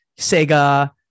Sega